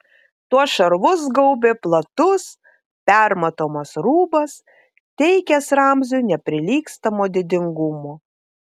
tuos šarvus gaubė platus permatomas rūbas teikęs ramziui neprilygstamo didingumo